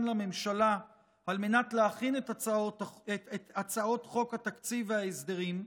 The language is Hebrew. לממשלה על מנת להכין את הצעות חוק התקציב ההסדרים,